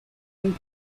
and